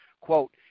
quote